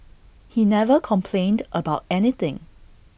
he never complained about anything